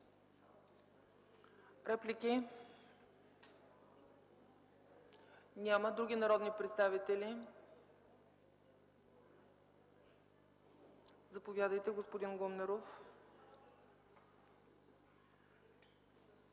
Реплики? Няма. Други народни представители? Заповядайте, господин Гумнеров.